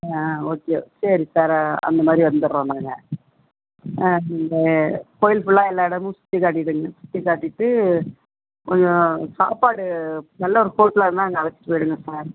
ஆ okay சரி sir அந்தமாதிரி வந்துடுறோம் நாங்கள் ஆ நீங்கள் கோயில் ஃபுல்லாக எல்லா இடமும் சுற்றிக் காட்டிவிடுங்க சுற்றிக் காட்டிவிட்டு கொஞ்சம் சாப்பாடு நல்ல ஒரு ஹோட்டலாக இருந்தால் அங்கே அழைச்சிட்டு போயிவிடுங்க சார்